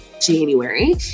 January